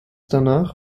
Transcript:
danach